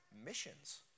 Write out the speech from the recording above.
missions